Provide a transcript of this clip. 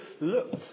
looked